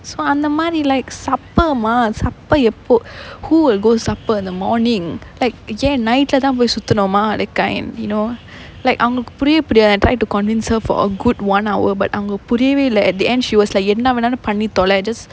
so அந்த மாறி:antha maari like supper mah supper எப்போ:eppo who will go supper in the morning like ஏன்:yaen night leh தான் போய் சுத்தணுமா:thaan poi suthanumaa that kind you know like அவங்களுக்கு புரியும்படியா:avangalukku puriyuppadiyaa and tried to convince her for a good one hour but அவங்களுக்கு புரியவே இல்ல:avangalukku puriyavae illa at the end she was like என்ன வேணாலும் பண்ணித்தொலே:enna venaalum pannnittholae just